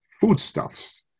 foodstuffs